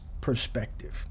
perspective